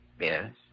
Yes